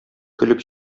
көлеп